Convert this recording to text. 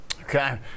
Okay